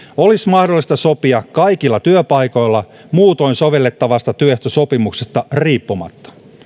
olisi mahdollista sopia kaikilla työpaikoilla muutoin sovellettavasta työehtosopimuksesta riippumatta